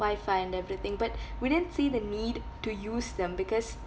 Wi-Fi and everything but we didn't see the need to use them because